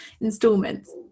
installments